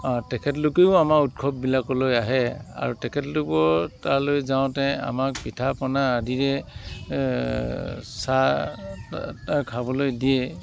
তেখেতলোকেও আমাৰ উৎসৱবিলাকলৈ আহে আৰু তেখেতলোকৰ তালৈ যাওঁতে আমাক পিঠা পনা আদিৰে চাহ তাহ খাবলৈ দিয়ে